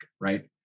right